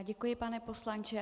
Děkuji, pane poslanče.